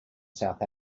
south